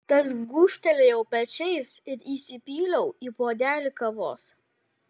tad gūžtelėjau pečiais ir įsipyliau į puodelį kavos